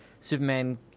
Superman